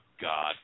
God